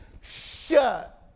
shut